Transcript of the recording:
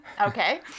Okay